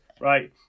right